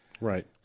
Right